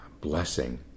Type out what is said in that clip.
blessing